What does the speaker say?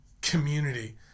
community